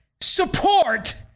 support